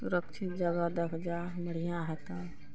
सुरक्षित जगह दऽके जा बढ़िआँ हेतै